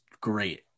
great